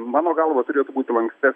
mano galva turėtų būti lankstes